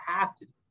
capacity